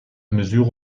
mesure